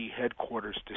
headquarters